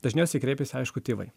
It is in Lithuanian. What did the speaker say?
dažniausiai kreipiasi aišku tėvai